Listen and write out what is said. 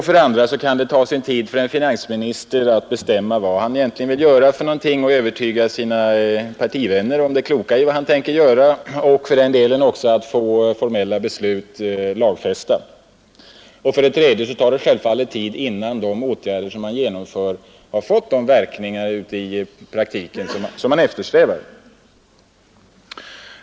För det andra kan det ta sin tid för en finansminister att bestämma vad han egentligen vill göra för någonting och övertyga sina partivänner om det kloka i vad han tänker göra — och för den delen också att få formella beslut lagfästa. För det tredje tar det tid innan de åtgärder som man genomför i praktiken får de verkningar som man eftersträvar.